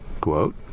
quote